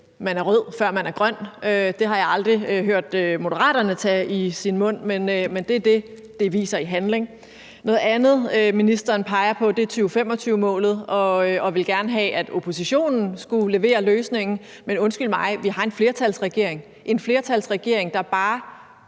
man er rød, før man er grøn. Det har jeg aldrig hørt Moderaterne tage i deres mund, men det er det, man viser i handling. Noget andet, som ministeren peger på, er 2025-målet, og man ville gerne have, at oppositionen skulle levere løsningen. Men undskyld mig, vi har en flertalsregering – en flertalsregering, der bare